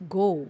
go